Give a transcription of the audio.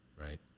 right